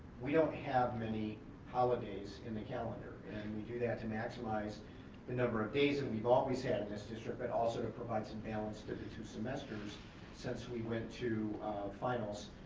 we don't have many holidays in the calendar. and we do that to maximize the number of days that and we've always had in this district but also to provide some balance to the two semesters since we went to finals